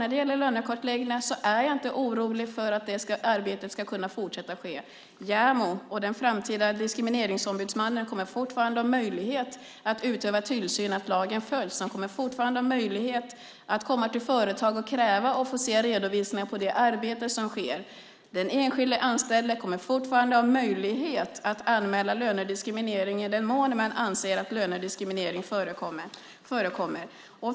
När det gäller lönekartläggning är jag inte orolig för att det arbetet inte ska kunna fortsätta. JämO och den framtida Diskrimineringsombudsmannen kommer fortsatt att ha möjlighet att utöva tillsyn av att lagen följs och att fortsatt ha möjlighet att komma till företag och kräva att få se redovisningar av det arbete som sker. Den enskilde anställde kommer fortsatt att ha möjlighet att anmäla lönediskriminering i den mån man anser att lönediskriminering förekommer.